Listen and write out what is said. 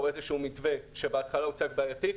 איזשהו מתווה שבהתחלה הוא קצת בעייתי.